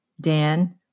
Dan